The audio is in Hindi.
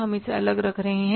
हम इसे अलग रख रहे हैं